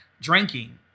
drinking